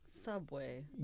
subway